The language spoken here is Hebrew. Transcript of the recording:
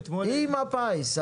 עם הפיס.